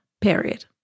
Period